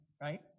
right